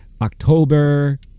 october